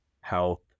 health